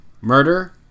Murder